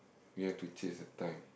we have to chase the time